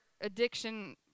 addiction